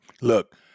Look